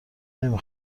نمی